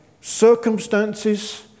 circumstances